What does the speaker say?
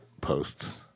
posts